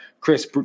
chris